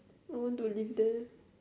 I want to live there